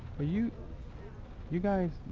are you? are you guys.